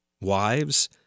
Wives